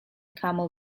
camel